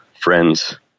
friends